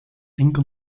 enkel